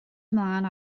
ymlaen